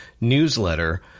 newsletter